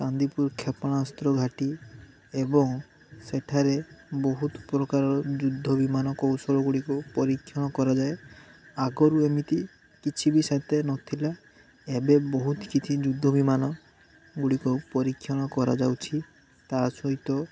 ଚାନ୍ଦିପୁର କ୍ଷେପଣାସ୍ତ୍ର ଘାଟି ଏବଂ ସେଠାରେ ବହୁତ ପ୍ରକାରର ଯୁଦ୍ଧ ବିମାନ କୌଶଳ ଗୁଡ଼ିକୁ ପରୀକ୍ଷଣ କରାଯାଏ ଆଗରୁ ଏମିତି କିଛି ବି ସେତେ ନଥିଲା ଏବେ ବହୁତ କିଛି ଯୁଦ୍ଧ ବିମାନ ଗୁଡ଼ିକ ପରୀକ୍ଷଣ କରାଯାଉଛି ତା ସହିତ